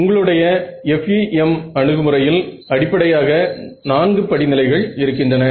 உங்களுடைய FEM அணுகுமுறையில் அடிப்படையாக நான்கு படிநிலைகள் இருக்கின்றன